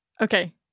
Okay